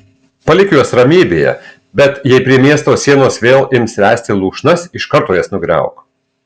palik juos ramybėje bet jei prie miesto sienos vėl ims ręsti lūšnas iš karto jas nugriauk